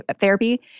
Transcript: therapy